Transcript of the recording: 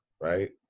right